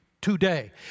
Today